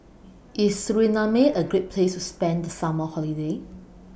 IS Suriname A Great Place to spend The Summer Holiday